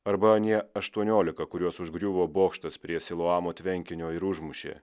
arba anie aštuoniolika kuriuos užgriuvo bokštas prie siluamo tvenkinio ir užmušė